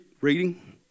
reading